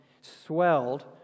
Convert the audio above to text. swelled